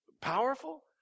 powerful